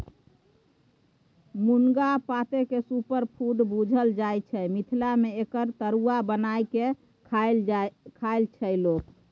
मुनगा पातकेँ सुपरफुड बुझल जाइ छै मिथिला मे एकर तरुआ बना कए खाइ छै लोक